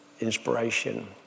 inspiration